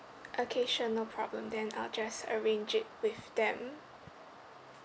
okay sure no problem then I'll just arrange it with them